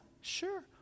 sure